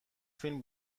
فیلم